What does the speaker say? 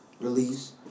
release